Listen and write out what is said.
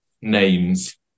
names